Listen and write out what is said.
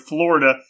Florida